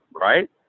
Right